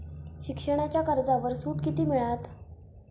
शिक्षणाच्या कर्जावर सूट किती मिळात?